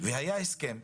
היה הסכם,